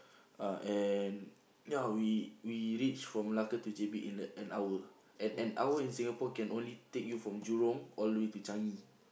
uh and ya we we reach from Malacca to J_B in an hour and an hour in Singapore can only take you from Jurong all the way to Changi